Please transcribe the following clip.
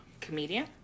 Comedian